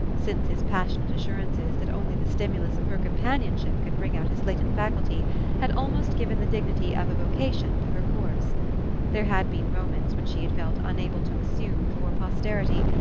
since his passionate assurances that only the stimulus of her companionship could bring out his latent faculty had almost given the dignity of a vocation to her course there had been moments when she had felt unable to assume, before posterity,